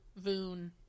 voon